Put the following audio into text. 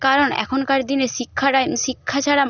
কারণ এখনকার দিনে শিক্ষাটা শিক্ষা ছাড়া